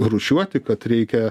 rūšiuoti kad reikia